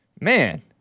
Man